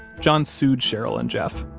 john sued cheryl and jeff.